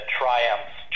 triumphs